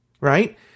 right